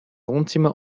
wohnzimmer